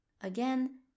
Again